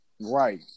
Right